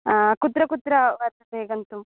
कुत्र कुत्र वर्तते गन्तुं